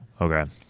Okay